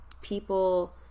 people